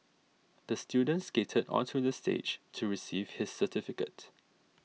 the student skated onto the stage to receive his certificate